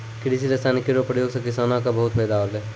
कृषि रसायन केरो प्रयोग सँ किसानो क बहुत फैदा होलै